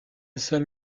seul